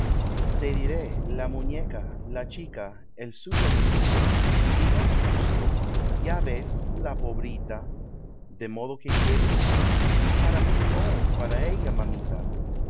te diré la muñeca la chica el suyo me pide y no es justo ya ves la pobrita de modo que quieres para mí no para ella mamita